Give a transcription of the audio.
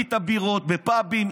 שתית בירות בפאבים,